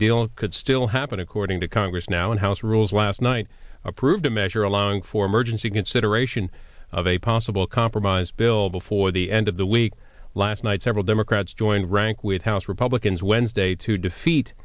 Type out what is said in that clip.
deal could still happen according to congress now and house rules last night approved a measure allowing for emergency consideration of a possible compromise bill before the end of the week last night several democrats joined rank with house republicans wednesday to defeat